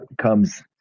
comes